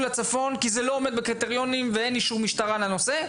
בצפון כי זה לא עומד בקריטריונים ואין אישור משטרה לנושא,